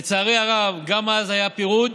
לצערי הרב, גם אז היה פירוד.